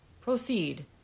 Proceed